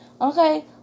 Okay